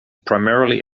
primarily